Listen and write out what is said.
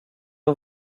eux